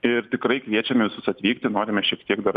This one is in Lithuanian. ir tikrai kviečiame visus atvykti norime šiek tiek dar